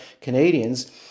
Canadians